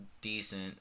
decent